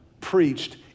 preached